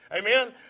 Amen